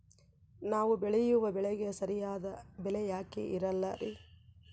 ನಾವು ಬೆಳೆಯುವ ಬೆಳೆಗೆ ಸರಿಯಾದ ಬೆಲೆ ಯಾಕೆ ಇರಲ್ಲಾರಿ?